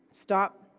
stop